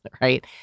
right